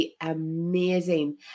amazing